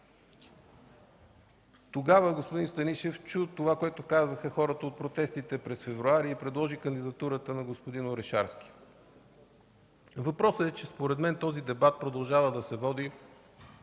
Тогава господин Станишев чу това, което казаха хората от протестите през февруари и предложи кандидатурата на господин Орешарски. Въпросът е, че според мен този дебат продължава да се води